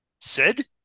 Sid